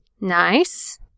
Nice